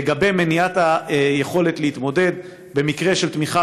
לגבי מניעת יכולת להתמודד במקרה של תמיכה